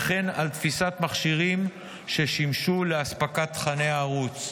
וכן על תפיסת מכשירים ששימשו לאספקת תוכני הערוץ.